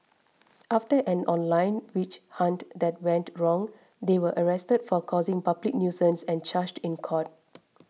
after an online witch hunt that went wrong they were arrested for causing public nuisance and charged in court